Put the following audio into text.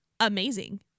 Amazing